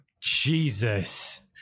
Jesus